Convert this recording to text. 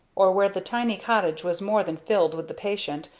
or where the tiny cottage was more than filled with the patient,